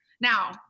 Now